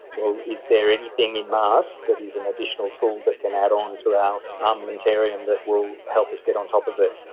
well, is there anything in masks that is an additional tool that can add on to our armamentarium that will help us get on top of it?